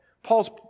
Paul's